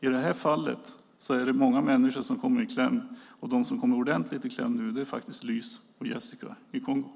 I detta fall är det många människor som kommer i kläm. Och de som kommer ordentligt i kläm nu är faktiskt Lys och Jessica i Kongo.